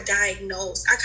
diagnosed